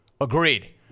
Agreed